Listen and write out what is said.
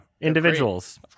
individuals